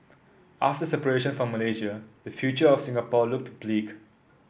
after separation from Malaysia the future of Singapore looked bleak